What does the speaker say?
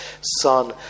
Son